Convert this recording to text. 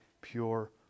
pure